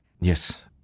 Yes